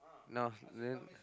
now then